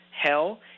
hell